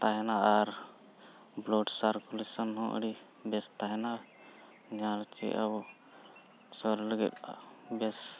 ᱛᱟᱦᱮᱱᱟ ᱟᱨ blood circulation ᱦᱚᱸ ᱟᱹᱰᱤ ᱵᱮᱥ ᱛᱟᱦᱮᱱᱟ ᱡᱟᱦᱟᱸ ᱨᱮ ᱪᱮᱫ ᱦᱚᱸ ᱥᱚᱨᱤᱨ ᱞᱟᱹᱜᱤᱫ ᱵᱮᱥ